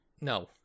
No